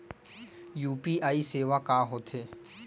UPI सेवा का होथे?